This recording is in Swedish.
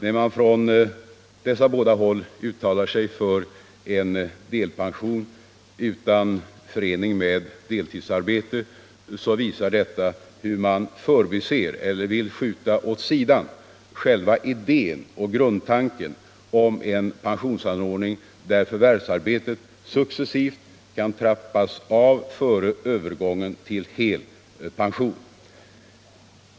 När man från dessa båda håll uttalar sig för en delpension utan förening med deltidsarbete, så visar detta hur man förbiser eller vill skjuta åt sidan själva idén och grundtanken om en pensionsanordning där förvärvsarbetet successivt kan trappas av före övergången till hel pension.